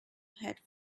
head